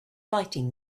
fighting